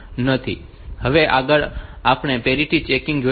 હવે આગળ આપણે પેરિટી ચેકીંગ જોઈશું